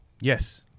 Yes